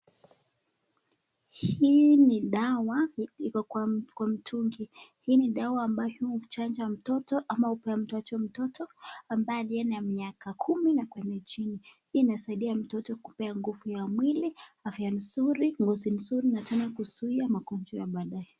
Hii ni dawa iko kwa kwa mtungi hii ni dawa ambayo huchanja mtoto ama hupawa mtu akiwa mtoto ambaye aliye na miaka kumi na kwenda chini. Hii inasaidia mtoto kupea nguvu ya mwili, afya nzuri, ngozi nzuri na tena kuzuia magonjwa ya baadae.